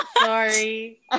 sorry